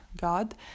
god